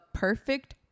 perfect